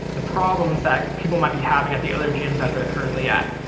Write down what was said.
the problems that people might be having at the other gyms that they're currently at.